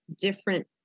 different